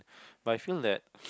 but I feel that